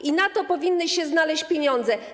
I na to powinny się znaleźć pieniądze.